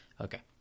Okay